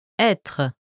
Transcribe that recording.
être